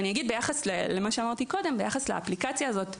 ביחס למה שאמרתי קודם על האפליקציה הזאת,